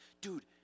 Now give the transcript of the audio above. dude